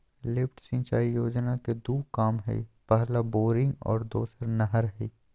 lift सिंचाई योजना के दू काम हइ पहला बोरिंग और दोसर नहर हइ